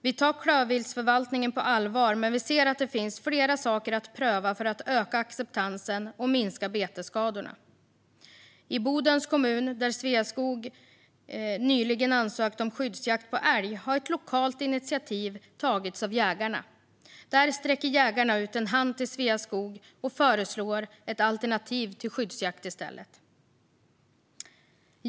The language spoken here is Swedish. Vi tar klövviltsförvaltningen på allvar men vi ser att det finns fler saker att pröva för att öka acceptansen och minska betesskadorna. I Bodens kommun, där Sveaskog nyligen ansökt om skyddsjakt på älg, har ett lokalt initiativ tagits av jägarna, där de sträcker ut en hand till Sveaskog och i stället föreslår ett alternativ till skyddsjakt.